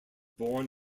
born